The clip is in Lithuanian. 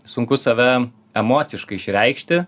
sunku save emociškai išreikšti